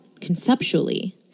conceptually